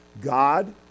God